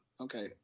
Okay